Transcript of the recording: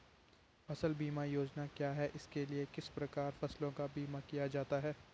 फ़सल बीमा योजना क्या है इसके लिए किस प्रकार फसलों का बीमा किया जाता है?